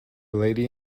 lady